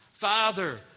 Father